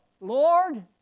lord